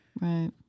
right